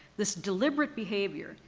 this deliberate behavior,